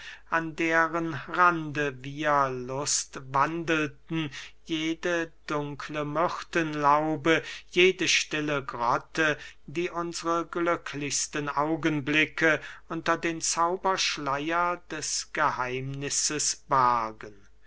an deren rande wir lustwandelten jede dunkle myrtenlaube jede stille grotte die unsre glücklichsten augenblicke unter den zauberschleier des geheimnisses bargen